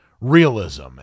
realism